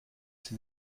sie